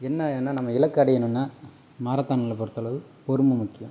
என்ன ஏன்னா நம்ம இலக்கு அடையணுன்னா மாரத்தானில் பொறுத்தளவு பொறும முக்கியம்